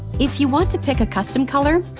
if you want to pick a custom color,